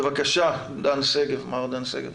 בבקשה, מר דן שגב.